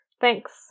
Thanks